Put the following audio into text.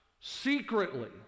secretly